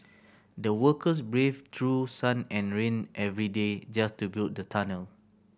the workers braved through sun and rain every day just to build the tunnel